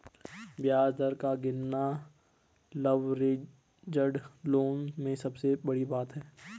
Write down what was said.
ब्याज दर का गिरना लवरेज्ड लोन में सबसे बड़ी बात है